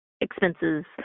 expenses